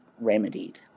remedied